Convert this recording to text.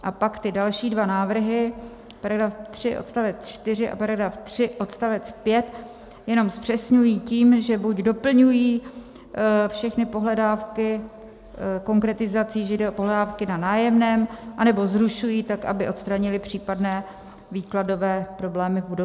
A pak ty další dva návrhy: § 3 odst. 4 a § 3 odst. 5 jenom zpřesňují tím, že buď doplňují všechny pohledávky konkretizací, že jde o pohledávky na nájemném, anebo zrušují tak, aby odstranily případné výkladové problémy v budoucnu.